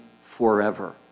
forever